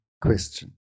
question